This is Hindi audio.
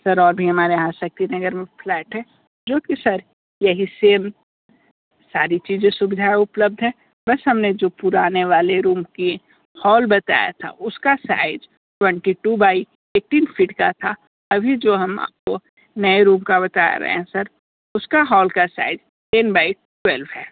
सर और भी हमारे यहाँ शक्ति नगर में फ्लैट है जो की सर यही सेम सारी चीजें सुविधाएँ उपलब्ध हैं बस हमने जो पुराने वाले रूम की हॉल बताया था उसका size twenty two by eighteen feet का था अभी जो हम आपको नए रूम का बता रहे हैं सर उस का हॉल का साइज टेन बाई ट्वेल्व है